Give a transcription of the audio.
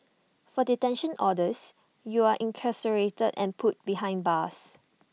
for detention orders you're incarcerated and put behind bars